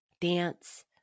dance